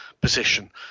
position